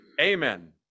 Amen